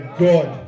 god